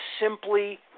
simply